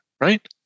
right